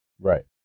Right